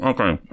Okay